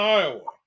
Iowa